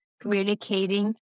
communicating